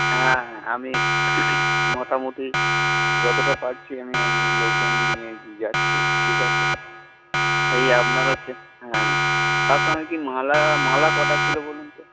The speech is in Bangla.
হ্যাঁঁ আমি মোটামুটি যতটা পারছি আমি আমি লোকজন নিয়ে যাচ্ছি ঠিক আছে এই আপনার হচ্ছে হ্যাঁ তার সঙ্গে কি মালা মালা কটা ছিল বলুন তো